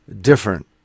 different